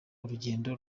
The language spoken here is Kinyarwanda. urugendo